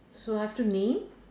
so I have to name